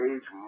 Age